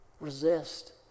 Resist